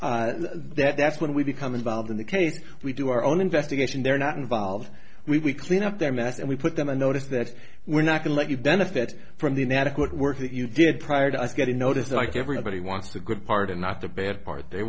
it that's when we become involved in the case we do our own investigation they're not involved we clean up their mess and we put them on notice that we're not going let you benefit from the inadequate work that you did prior to us getting notice like everybody wants to a good part and not the bad part they